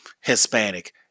Hispanic